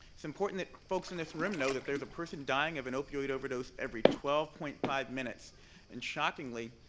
it's important that folks in this room know that there's a person dying of an opioid overdose every twelve point five minutes and shockingly,